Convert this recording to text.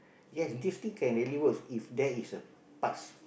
yes this thing can really works if there is a parts